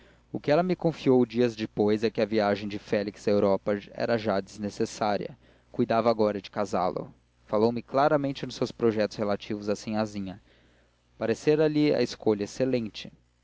o que ela me confiou dias depois é que a viagem de félix à europa era já desnecessária cuidava agora de casá lo falou-me claramente nos seus projetos relativos a sinhazinha parecera-lhe a escolha excelente